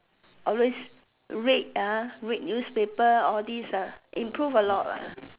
always read read newspaper all this improve a lot